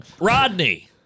Rodney